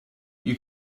you